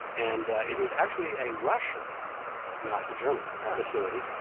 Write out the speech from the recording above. and it is actually a russian not a german facility.